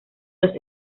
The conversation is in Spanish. los